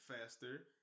faster